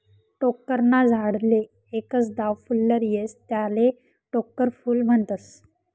टोक्कर ना झाडले एकच दाव फुल्लर येस त्याले टोक्कर फूल म्हनतस